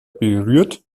berührt